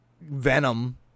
Venom